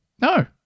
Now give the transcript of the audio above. No